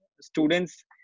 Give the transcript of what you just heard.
students